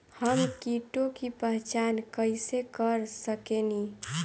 हम कीटों की पहचान कईसे कर सकेनी?